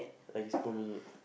at least for me